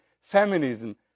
feminism